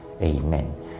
Amen